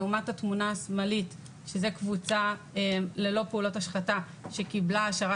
לעומת התמונה השמאלית שזו קבוצה ללא פעולות השחתה שקיבלה העשרה